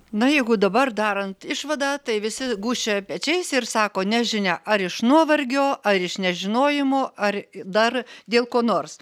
na jeigu dabar darant išvadą tai visi gūžčioja pečiais ir sako nežinia ar iš nuovargio ar iš nežinojimo ar dar dėl ko nors